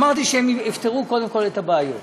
אמרתי שהם שיפתרו קודם כול את הבעיות.